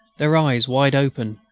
their eyes wide open,